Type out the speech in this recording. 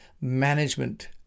management